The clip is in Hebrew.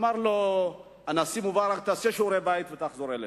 אמר לו הנשיא מובארק: תעשה שיעורי-בית ותחזור אלינו.